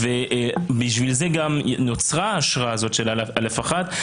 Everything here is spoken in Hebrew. בשביל זה נוצרה האשרה הזאת של א'1,